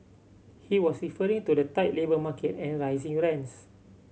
he was referring to the tight labour market and rising rents